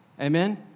Amen